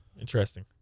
Interesting